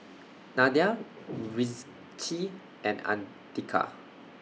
Nadia Rizqi and Andika